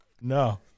no